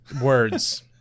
words